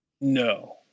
No